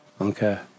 Okay